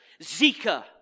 Zika